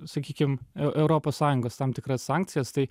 sakykim eu europos sąjungos tam tikras sankcijas tai